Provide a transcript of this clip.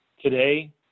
Today